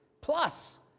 plus